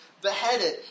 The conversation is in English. beheaded